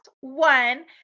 one